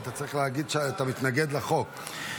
אתה צריך להגיד שאתה מתנגד לחוק,